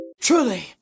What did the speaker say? truly